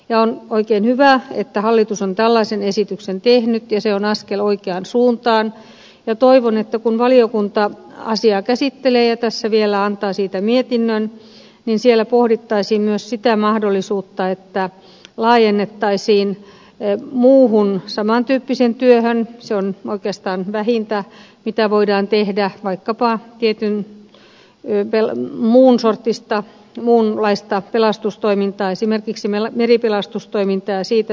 on oikein hyvä että hallitus on tällaisen esityksen tehnyt se on askel oikeaan suuntaan ja toivon että kun valiokunta asiaa käsittelee ja vielä antaa siitä mietinnön siellä pohdittaisiin myös sitä mahdollisuutta että laajennettaisiin esitystä muuhun samantyyppiseen työhön se on oikeastaan vähintä mitä voidaan tehdä vaikkapa muunlaiseen pelastustoimintaan esimerkiksi meripelastustoimintaan ja siitä saatuun korvaukseen